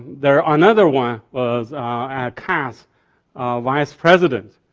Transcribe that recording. there another one was a cass vice-president,